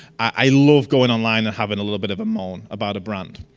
i love going online have and a little bit of a moan, about a brand.